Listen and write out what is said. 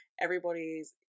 everybody's